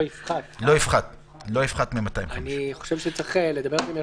אני חושב שצריך לדבר עם היושב-ראש,